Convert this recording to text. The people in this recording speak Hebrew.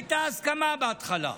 הייתה הסכמה בהתחלה.